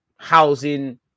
Housing